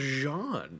Jean